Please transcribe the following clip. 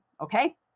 Okay